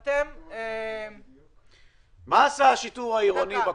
מה עשה השיטור העירוני בקורונה?